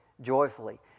joyfully